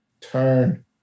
turn